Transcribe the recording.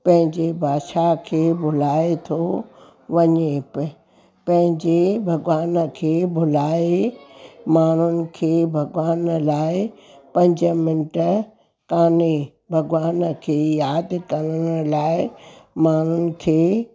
पंहिंजी भाषा खे भुलाए थो वञी ई पए पंहिंजे भॻवान खे भुलाए माण्हुनि खे भॻवान लाइ पंज मिंट काने भॻवान खे यादि करण लाइ माण्हुनि खे